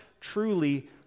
truly